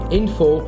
info